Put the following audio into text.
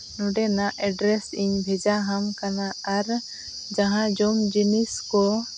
ᱱᱚᱰᱮᱱᱟᱜ ᱮᱰᱨᱮᱥᱤᱧ ᱵᱷᱮᱡᱟ ᱦᱟᱢ ᱠᱟᱱᱟ ᱟᱨ ᱡᱟᱦᱟᱸ ᱡᱚᱢ ᱡᱤᱱᱤᱥ ᱠᱚ